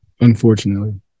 Unfortunately